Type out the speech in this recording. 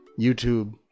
YouTube